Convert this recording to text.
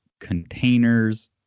containers